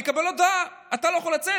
הוא מקבל הודעה: אתה לא יכול לצאת,